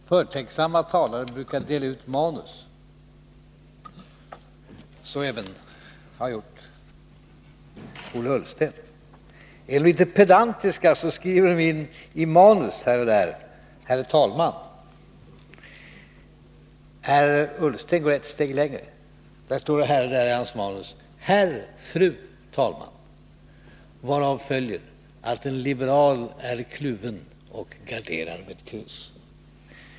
Herr talman! Förtänksamma talare brukar dela ut manus — så har även jag och Ola Ullsten gjort. Är vi litet pedantiska, så skriver vi här och där också ”Herr talman!”. Ola Ullsten går ett steg längre. I hans manus står det: ”Herr/fru talman!” , varav följer att en liberal är kluven och garderar med kryss.